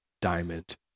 diamond